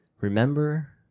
Remember